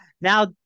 now